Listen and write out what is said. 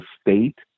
state